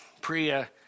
Priya